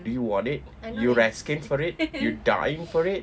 do you want it you're asking for it you dying for it